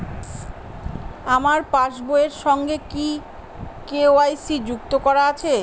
আমার পাসবই এর সঙ্গে কি কে.ওয়াই.সি যুক্ত করা আছে?